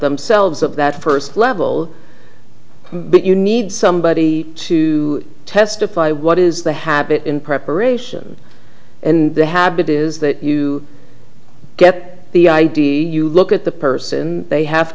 themselves of that first level bit you need somebody to testify what is the habit in preparation and they have bit is that you get the idea you look at the person they have